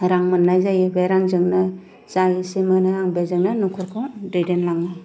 रां मोननाय जायो बे रांजोंनो जा इसे मोनो बेजोंनो न'खरखौ दैदेनलाङो